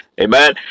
Amen